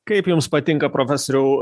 kaip jums patinka profesoriau